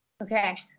Okay